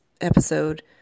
episode